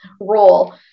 role